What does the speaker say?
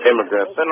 immigrants